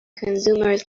consumers